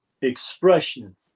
expression